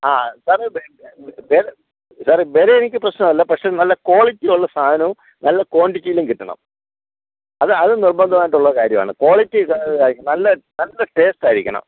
ആ സാറേ വില സാറേ വില എനിക്ക് പ്രശ്നമല്ല പക്ഷെ നല്ല കോളിറ്റി ഉള്ള സാധനവും നല്ല ക്വാണ്ടിറ്റിയിലും കിട്ടണം അല്ല അത് നിർബന്ധമായിട്ടുള്ള കാര്യമാണ് ക്വാളിറ്റി നല്ല നല്ല ടേസ്റ്റായിരിക്കണം